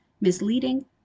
misleading